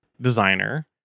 designer